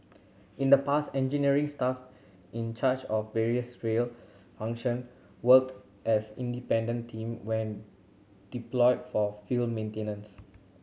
in the past engineering staff in charge of various rail function worked as independent team when deployed for field maintenance